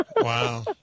Wow